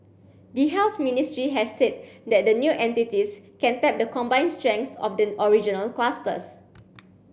the Health Ministry has said that the new entities can tap the combined strengths of the original clusters